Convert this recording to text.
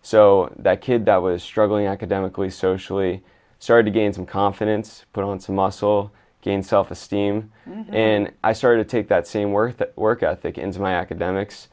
so that kid i was struggling academically socially started to gain some confidence put on some muscle gain self esteem and i started to take that same worth that work ethic into my academics